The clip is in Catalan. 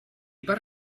per